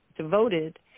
devoted